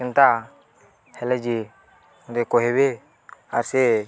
ଏନ୍ତା ହେଲେ ଯେ ଟେ କହିବି ଆଉ ସେ